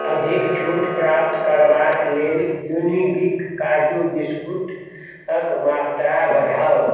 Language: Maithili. अधिक छूट प्राप्त करबाक लेल युनिबिक काजू बिस्कुटक मात्रा बढ़ाउ